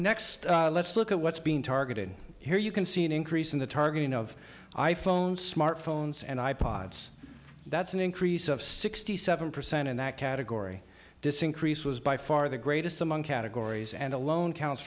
next let's look at what's being targeted here you can see an increase in the targeting of i phone smartphones and i pods that's an increase of sixty seven percent in that category this increase was by far the greatest among categories and alone counts